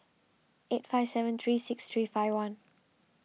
eight five seven three six three five one